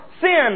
sin